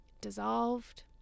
dissolved